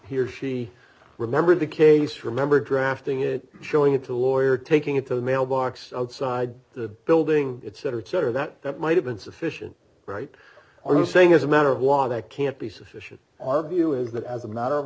he or she remembered the case remember drafting it showing it to a lawyer taking it to the mailbox outside the building it's it or chatter that that might have been sufficient right are you saying as a matter of law that can't be sufficient our view is that as a matter of